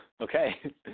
okay